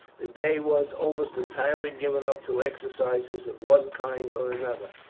the day was almost entirely given up to exercises of one kind or another.